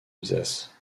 lusace